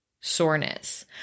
soreness